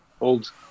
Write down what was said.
old